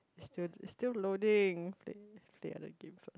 still still loading